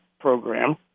program